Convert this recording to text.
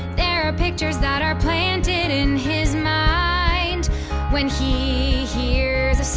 there are pictures that are planted in his mind when he hears